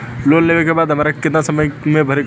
Loan लेवे के बाद हमरा के कितना समय मे भरे के होई?